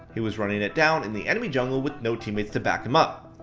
he was running it down in the enemy jungle with no teammates to back him up.